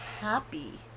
happy